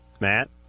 Matt